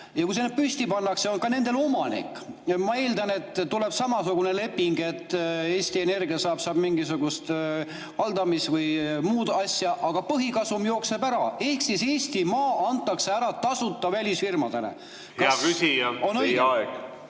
Ja kui need sinna püsti pannakse, on ka nendel omanik. Ma eeldan, et tuleb samasugune leping, et Eesti Energia saab mingisugust haldamis- või muud asja, aga põhikasum jookseb ära ehk Eestimaa antakse ära tasuta välisfirmadele. Kas see on õige?